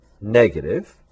negative